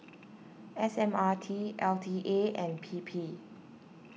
S M R T L T A and P P